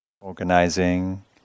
organizing